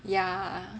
yeah